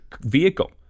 vehicle